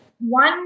One